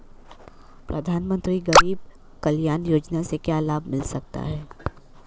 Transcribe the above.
प्रधानमंत्री गरीब कल्याण योजना से क्या लाभ मिल सकता है?